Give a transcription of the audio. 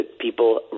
people